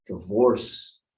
divorce